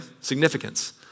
Significance